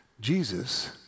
Jesus